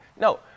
No